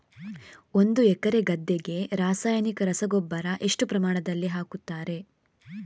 ಒಂದು ಎಕರೆ ಗದ್ದೆಗೆ ರಾಸಾಯನಿಕ ರಸಗೊಬ್ಬರ ಎಷ್ಟು ಪ್ರಮಾಣದಲ್ಲಿ ಹಾಕುತ್ತಾರೆ?